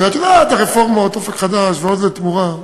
ואת יודעת, הרפורמות "אופק חדש" ו"עוז לתמורה",